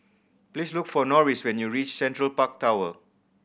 please look for Norris when you reach Central Park Tower